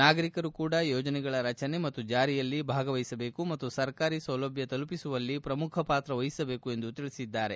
ನಾಗರಿಕರು ಕೂಡ ಯೋಜನೆಗಳ ರಚನೆ ಮತ್ತು ಜಾರಿಯಲ್ಲಿ ಭಾಗವಹಿಸಬೇಕು ಮತ್ತು ಸರ್ಕಾರಿ ಸೌಲಭ್ಯ ತಲುಪಿಸುವಲ್ಲಿ ಪ್ರಮುಖ ಪಾತ್ರ ವಹಿಸಬೇಕು ಎಂದು ಹೇಳಿದ್ದಾರೆ